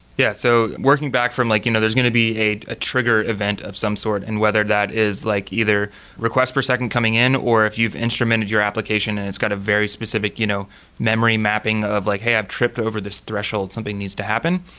yeah, so working back from like you know there's going to be a a trigger event of some sort and whether that is like either requests per second coming in, or if you've instrumented your application and it's got a very specific you know memory mapping of like, hey, i've tripped over this threshold, something needs to happen.